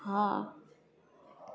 हाँ